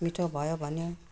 मिठो भयो भन्यो